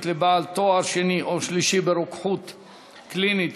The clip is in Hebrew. לבעל תואר שני או שלישי ברוקחות קלינית),